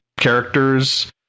characters